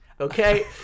okay